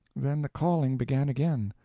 then the calling began again!